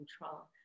control